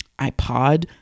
iPod